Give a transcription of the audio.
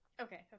okay